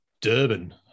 Durban